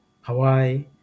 Hawaii